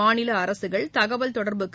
மாநில அரசுகள் தகவல் தொடர்புக்கு